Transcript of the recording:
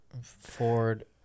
Ford